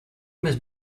must